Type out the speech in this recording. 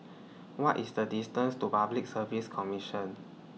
What IS The distance to Public Service Commission